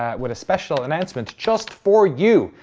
ah with a special announcement, just for you.